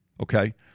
Okay